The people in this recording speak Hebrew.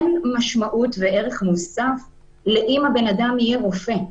אין משמעות וערך מוסף לשאלה אם האדם יהיה רופא.